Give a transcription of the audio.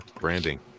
Branding